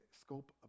scope